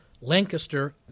Lancaster